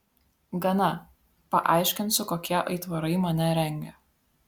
gana paaiškinsiu kokie aitvarai mane rengia